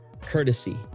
courtesy